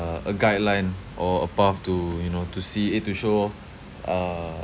uh a guideline or a path to you know to see eh to show um~